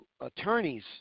attorneys